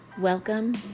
Welcome